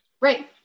right